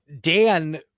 Dan